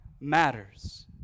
matters